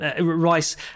Rice